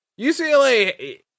UCLA